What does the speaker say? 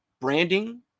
branding